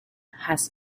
has